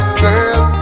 girl